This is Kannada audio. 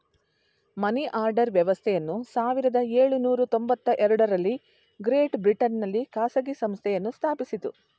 ಮನಿಆರ್ಡರ್ ವ್ಯವಸ್ಥೆಯನ್ನು ಸಾವಿರದ ಎಳುನೂರ ತೊಂಬತ್ತಎರಡು ರಲ್ಲಿ ಗ್ರೇಟ್ ಬ್ರಿಟನ್ ನಲ್ಲಿ ಖಾಸಗಿ ಸಂಸ್ಥೆಯನ್ನು ಸ್ಥಾಪಿಸಿತು